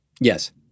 Yes